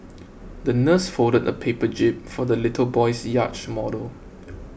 the nurse folded a paper jib for the little boy's yacht model